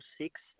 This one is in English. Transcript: six